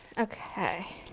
okay,